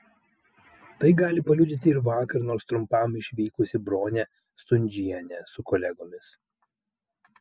tai gali paliudyti ir vakar nors trumpam išvykusi bronė stundžienė su kolegomis